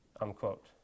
Unquote